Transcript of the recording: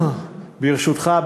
ברשותך,